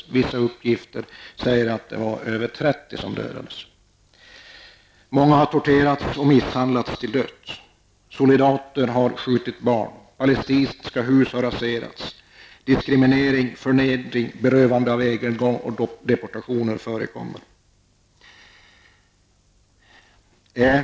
Enligt vissa uppgifter var det över 30 människor som dödades. Många har torterats och misshandlats till döds. Soldater har skjutit barn. Palestinska hus har raserats. Diskriminering, förnedring, berövande av egendom och deportationer förekommer.